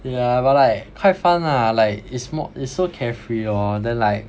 yeah but like quite fun lah like it's more it's so carefree lor then like